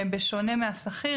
בשונה מהשכיר,